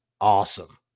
awesome